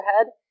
ahead